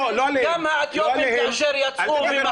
תקרא להם אזרחים, אל תגיד